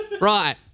Right